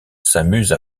s’amuse